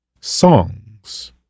songs